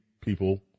people